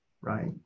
right